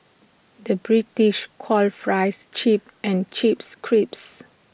the British calls fries chip and Chips Crisps